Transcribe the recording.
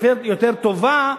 יותר טובה,